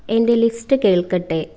എന്റെ ലിസ്റ്റ് കേൾക്കട്ടെ